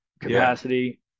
capacity